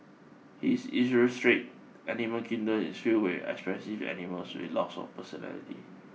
his illustrate animal kingdom is filled with expressive animals with lots of personality